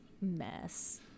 mess